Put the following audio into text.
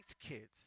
kids